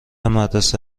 مدرسه